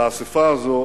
באספה הזאת